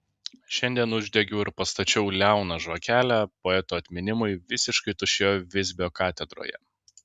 šiandien uždegiau ir pastačiau liauną žvakelę poeto atminimui visiškai tuščioje visbio katedroje